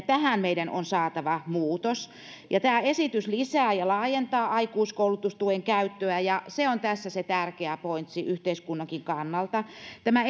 tähän meidän on saatava muutos tämä esitys lisää ja laajentaa aikuiskoulutustuen käyttöä ja se on tässä se tärkeä pointsi yhteiskunnankin kannalta tämä